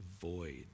void